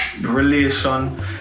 relation